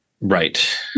Right